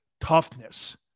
toughness